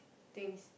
things